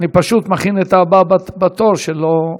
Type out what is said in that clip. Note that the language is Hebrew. אני פשוט מכין את הבא בתור, שלא,